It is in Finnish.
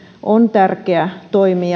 on tärkeä toimi